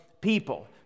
people